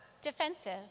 defensive